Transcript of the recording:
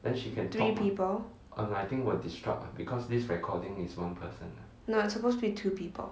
three people no it's supposed to be two people